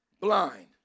blind